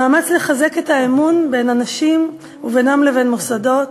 מאמץ לחזק את האמון בין אנשים ובינם לבין מוסדות,